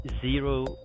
zero